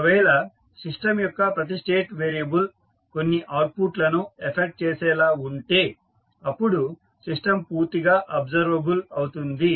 ఒకవేళ సిస్టం యొక్క ప్రతి స్టేట్ వేరియబుల్ కొన్ని అవుట్పుట్ లను ఎఫెక్ట్ చేసేలా ఉంటే అప్పుడు సిస్టం పూర్తిగా అబ్సర్వబుల్ అవుతుంది